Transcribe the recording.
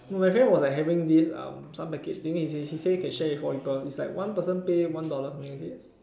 no my friend was like having this uh some package thing he say can share with four people it's like one person pay one dollar or something is it